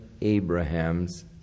Abraham's